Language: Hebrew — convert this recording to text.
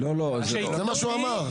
זה מה שהוא אמר.